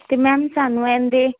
ਤੇ ਮੈਮ ਸਾਨੂੰ ਇਨਦੇ